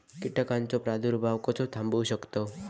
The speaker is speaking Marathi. कीटकांचो प्रादुर्भाव कसो थांबवू शकतव?